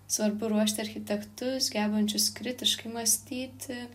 svarbu ruošti architektus gebančius kritiškai mąstyti